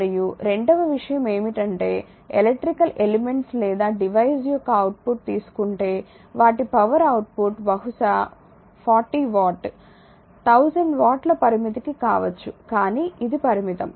మరియు రెండవ విషయం ఏమిటంటే ఎలక్ట్రికల్ ఎలిమెంట్స్ లేదా డివైస్ యొక్క అవుట్పుట్ తీసుకుంటే వాటి పవర్ అవుట్పుట్ బహుశా 40 వాట్ 1000 వాట్లకి పరిమితం కావచ్చు కానీ ఇది పరిమితం